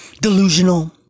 delusional